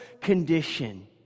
condition